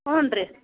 ಹ್ಞೂ ರೀ